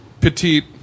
petite